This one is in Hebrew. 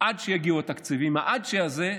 ועד שיגיעו התקציבים, ב"עד ש-" הזה,